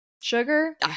sugar